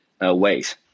ways